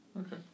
Okay